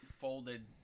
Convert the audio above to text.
folded